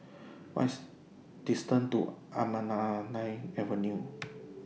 What IS distance to Anamalai Avenue